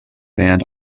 band